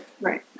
Right